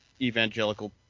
evangelical